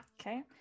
Okay